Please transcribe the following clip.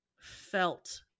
felt